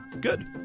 good